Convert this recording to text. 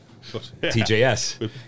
TJS